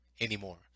anymore